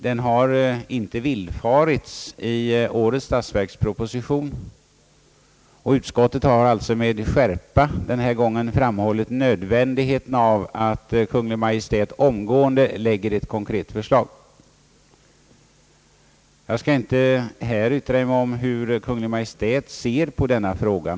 Den har inte villfarits i årets statsverksproposition, och utskottet har alltså nu med skärpa framhållit nödvändigheten av att Kungl. Maj:t omgående framlägger ett konkret förslag. Jag kan inte här uttala mig om hur Kungl. Maj:t ser på denna fråga.